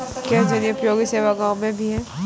क्या जनोपयोगी सेवा गाँव में भी है?